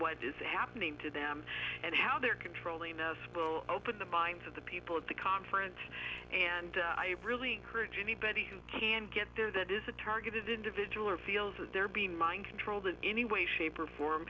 what is happening to them and how they're controlling us open the minds of the people at the conference and i really encourage anybody who can get there that is a targeted individual or feels that they're being mind controlled in any way shape or form